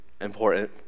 important